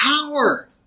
power